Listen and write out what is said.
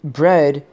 bread